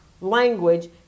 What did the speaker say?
language